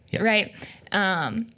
right